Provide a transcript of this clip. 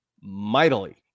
mightily